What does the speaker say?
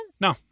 No